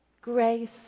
grace